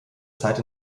zeit